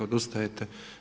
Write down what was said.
Odustajete?